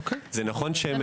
זה נכון שהם